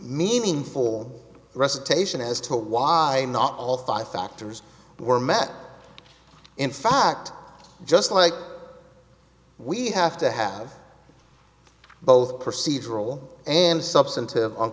meaningful recitation as to why not all five factors were matched in fact just like we have to have both procedural and substantive